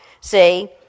see